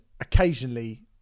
occasionally